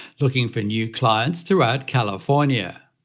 looking for new clients throughout california.